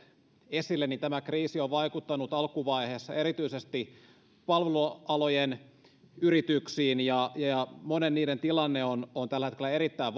esille tämä kriisi on vaikuttanut alkuvaiheessa erityisesti palvelualojen yrityksiin ja niistä monen tilanne on tällä hetkellä erittäin